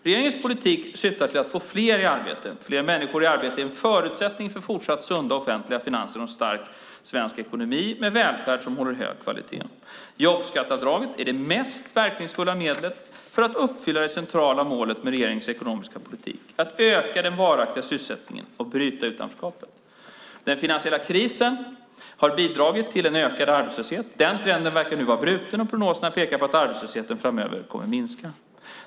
Regeringens politik syftar till att få fler i arbete. Fler människor i arbete är en förutsättning för fortsatta sunda offentliga finanser och en stark svensk ekonomi med en välfärd som håller hög kvalitet. Jobbskatteavdraget är det mest verkningsfulla medlet för att uppfylla det centrala målet med regeringens ekonomiska politik, nämligen att öka den varaktiga sysselsättningen och bryta utanförskapet. Den finansiella krisen har bidragit till en ökad arbetslöshet. Den trenden verkar nu vara bruten, och prognoserna pekar på att arbetslösheten framöver kommer att minska.